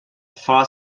far